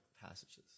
passages